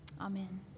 Amen